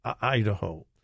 Idaho